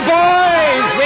boys